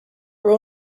were